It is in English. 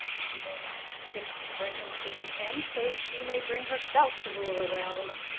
she will not stick to bring him to his end, so she may bring herself to rule a realm.